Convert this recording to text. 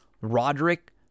Roderick